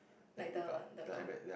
like the the con~